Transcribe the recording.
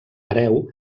hereu